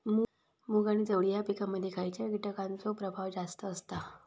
मूग आणि चवळी या पिकांमध्ये खैयच्या कीटकांचो प्रभाव जास्त असता?